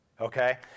okay